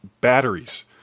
batteries